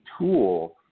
tool